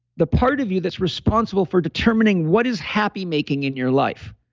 the part of you that's responsible for determining what is happy making in your life.